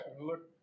Look